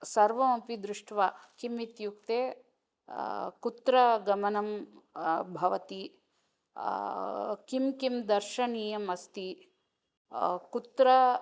सर्वमपि दृष्ट्वा किम् इत्युक्ते कुत्र गमनं भवति किं किं दर्शनीयम् अस्ति कुत्र